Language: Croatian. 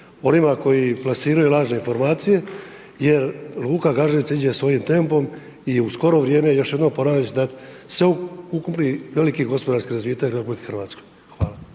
onima koji plasiraju lažne informacije jer luka Gaženica ide svojim tempom i u skoro vrijeme, još jednom ponavljam, će dat sveukupni veliki gospodarski razvitak RH.